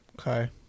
Okay